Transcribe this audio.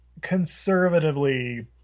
conservatively